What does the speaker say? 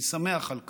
אני שמח על כך,